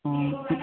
ಊಂ